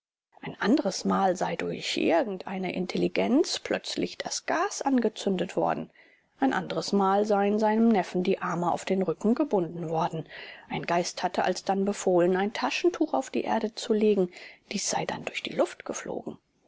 ein anderes mal sei durch irgendeine intelligenz plötzlich das gas angezündet worden ein anderes mal seien seinem neffen die arme auf den rücken gebunden worden ein geist hatte alsdann befohlen ein taschentuch auf die erde zu legen dies sei dann durch die luft geflogen